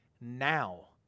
now